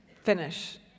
finish